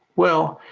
well,